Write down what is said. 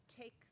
take